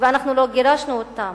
ואנחנו לא גירשנו אותם.